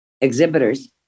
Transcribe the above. exhibitors